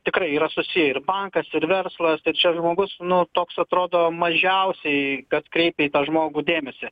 tikrai yra susiję ir bankas ir verslas tai čia žmogus nu toks atrodo mažiausiai kad kreipia į tą žmogų dėmesį